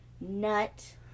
nut